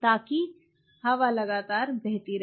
ताकि हवा लगातार बहती रहे